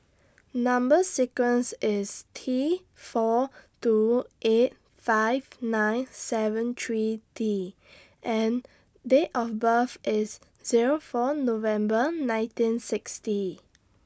Number sequence IS T four two eight five nine seven three T and Date of birth IS Zero four November nineteen sixty